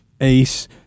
ACE